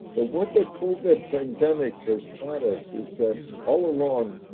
but what the coven pandemic has taught us is that all along.